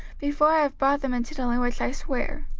before i have brought them into the land which i sware.